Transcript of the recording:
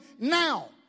now